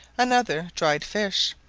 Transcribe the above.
another dried fish,